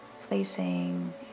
placing